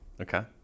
Okay